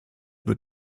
wird